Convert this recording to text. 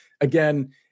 Again